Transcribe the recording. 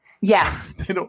yes